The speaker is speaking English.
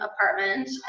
apartment